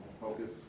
focus